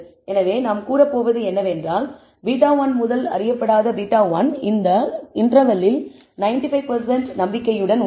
எனவே நாம் கூறப்போவது என்னவென்றால் β1 முதல் அறியப்படாத β1 இந்த இன்டர்வெல் இல் 95 சதவிகித நம்பிக்கையுடன் உள்ளது